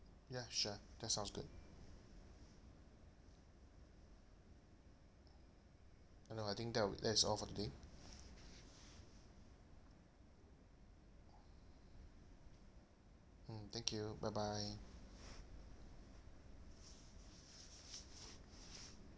ya sure that sounds good uh no I think that wi~ that is all for today mm thank you bye bye